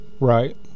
Right